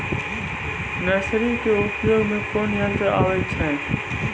Nursery के उपयोग मे कोन यंत्र आबै छै?